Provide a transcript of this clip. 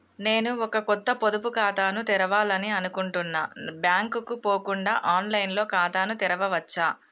నేను ఒక కొత్త పొదుపు ఖాతాను తెరవాలని అనుకుంటున్నా బ్యాంక్ కు పోకుండా ఆన్ లైన్ లో ఖాతాను తెరవవచ్చా?